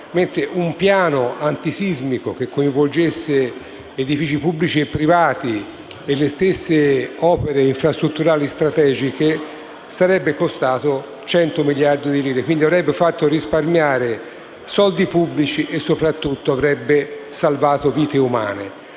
mentre un piano antisismico che coinvolgesse edifici pubblici e privati e le stesse opere infrastrutturali strategiche sarebbe costato 100 miliardi di euro e quindi avrebbe fatto risparmiare soldi pubblici e soprattutto avrebbe salvato vite umane.